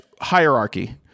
Hierarchy